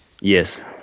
Yes